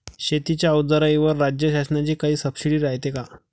शेतीच्या अवजाराईवर राज्य शासनाची काई सबसीडी रायते का?